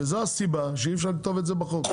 זוהי הסיבה שבגללה אי אפשר לכתוב את זה בחוק.